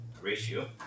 ratio